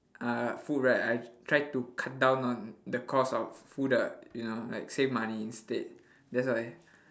uh food right I try to cut down on the costs of food ah you know like save money instead that's why